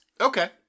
Okay